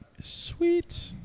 sweet